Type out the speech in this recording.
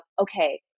okay